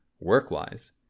work-wise